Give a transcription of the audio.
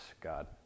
God